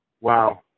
Wow